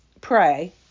pray